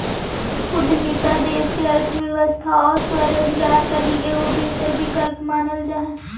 उद्यमिता देश के अर्थव्यवस्था आउ स्वरोजगार लगी एगो बेहतर विकल्प मानल जा हई